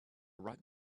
ripe